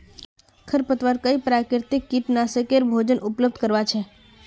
खरपतवार कई प्राकृतिक कीटनाशकेर भोजन उपलब्ध करवा छे